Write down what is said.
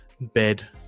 bed